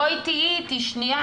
בואי תהיי איתי שנייה,